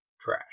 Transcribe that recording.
trash